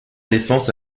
naissance